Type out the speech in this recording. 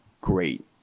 great